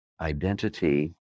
identity